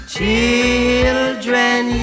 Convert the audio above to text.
Children